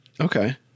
okay